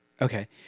Okay